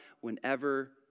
whenever